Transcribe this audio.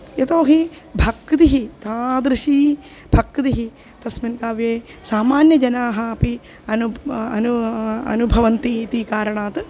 यतो हि भक्तिः तादृशी भक्तिः तस्मिन् काव्ये सामान्य जनाः अपि अनुप् अनू अनुभवन्ति इति कारणात्